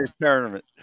tournament